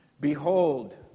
Behold